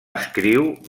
escriu